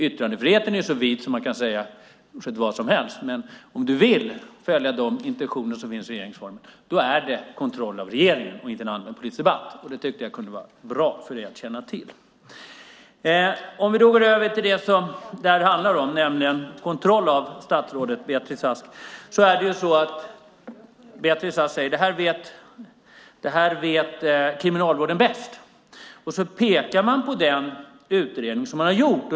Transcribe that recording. Yttrandefriheten är ju så vid att man kan säga i stort sett vad som helst, men om du vill följa de intentioner som finns i regeringsformen handlar det om kontroll av regeringen och inte om allmänpolitisk debatt. Jag tyckte att det kunde vara bra för dig att känna till det. Låt mig nu gå över till det som detta handlar om, nämligen kontroll av statsrådet Beatrice Ask. Beatrice Ask säger att Kriminalvården vet detta bäst, och sedan pekar hon på den utredning som man har gjort.